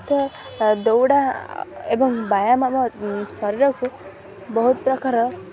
ତଥା ଦୌଡ଼ା ଏବଂ ବ୍ୟାୟାମ ଆମ ଶରୀରକୁ ବହୁତ ପ୍ରକାର